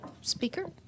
speaker